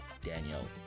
Daniel